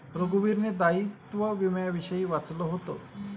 रघुवीरने दायित्व विम्याविषयी वाचलं होतं